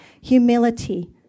Humility